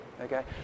okay